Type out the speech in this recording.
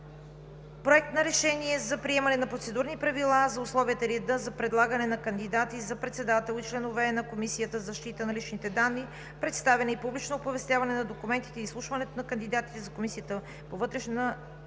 Проект на решение за приемане на Процедурни правила за условията и реда за предлагането на кандидати за председател и членове на Комисията за защита на личните данни, представяне и публично оповестяване на документите и изслушването на кандидатите в Комисията по вътрешна